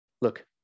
look